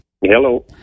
Hello